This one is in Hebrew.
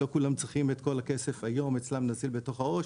לא כולם צריכים את כל הכסף היום אצלם נזיל בתוך העו"ש,